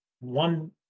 one